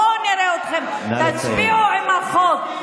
בואו נראה אתכם, תצביעו עם החוק.